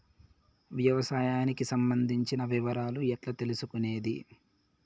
వ్యవసాయానికి సంబంధించిన వివరాలు ఎట్లా తెలుసుకొనేది?